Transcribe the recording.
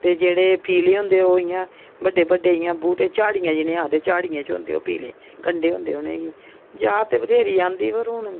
ते जेह्ड़े पीले होंदे ओह् इ'यां बड्डे बड्डे इ'यां बूह्टे झाड़ियां जिन्नें ई आखदे झाड़ियां च होंदे ओह् पीले कंढ़े होंदे उ'नें गी याद ते बत्थेरी आंदी पर हून